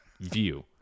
view